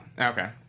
Okay